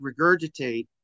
Regurgitate